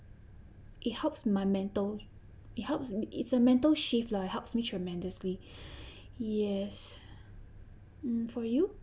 it helps my mental it helps me it's a mental shift lah it helps me tremendously yes mm for you